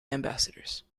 ambassadors